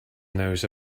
knows